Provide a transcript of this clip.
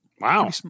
wow